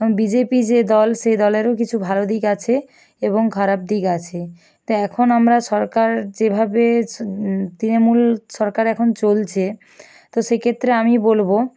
এবং বিজেপি যে দল সেই দলেরও কিছু ভালো দিক আছে এবং খারাপ দিক আছে তো এখন আমরা সরকার যেভাবে তৃণমূল সরকার এখন চলছে তো সেক্ষেত্রে আমি বলবো